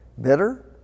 bitter